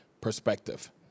perspective